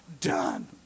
done